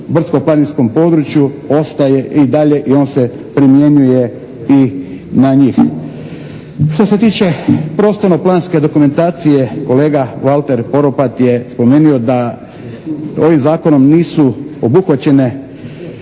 brdsko-planinskom području ostaje i dalje i on se primjenjuje i na njih. Što se tiče prostorno planske dokumentacije kolega Valter Poropat je spomenuo da ovim zakonom nisu obuhvaćene